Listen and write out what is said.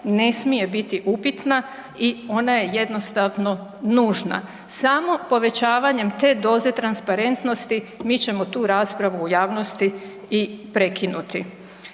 ne smije biti upitna i ona je jednostavno nužna. Samo povećavanjem te doze transparentnosti mi ćemo tu raspravu u javnosti i prekinuti.